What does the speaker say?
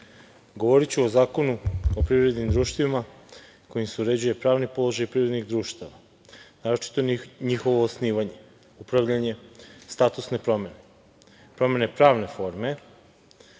govoriću o Zakonu o privrednim društvima kojim se uređuje pravni položaj privrednih društava, naročito njihovo osnivanje, upravljanje statusne promene, promene pravne forme,